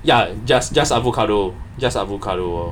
ya just just avocado just avocado orh